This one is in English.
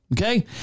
Okay